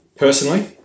Personally